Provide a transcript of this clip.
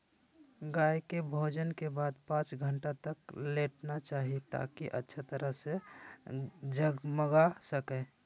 गाय के भोजन के बाद पांच घंटा तक लेटना चाहि, ताकि अच्छा तरह से जगमगा सकै